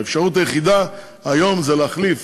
האפשרות היחידה היום זה להחליף